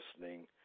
listening